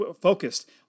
focused